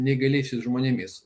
neįgaliais žmonėmis